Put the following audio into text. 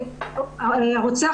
הרוצח,